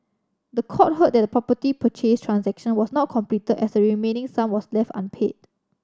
the court heard that the property purchase transaction was not completed as the remaining sum was left unpaid